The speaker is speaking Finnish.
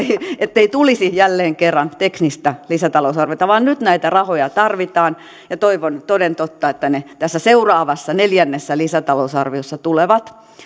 ettei jälleen kerran tulisi teknistä lisätalousarviota vaan nyt näitä rahoja tarvitaan ja toivon toden totta että ne tässä seuraavassa neljännessä lisätalousarviossa tulevat